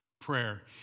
prayer